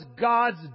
God's